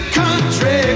country